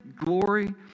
glory